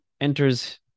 enters